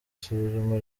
suzuma